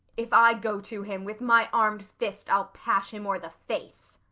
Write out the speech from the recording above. if i go to him, with my armed fist i'll pash him o'er the face.